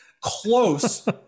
close